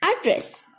address